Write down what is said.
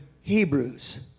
Hebrews